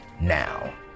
now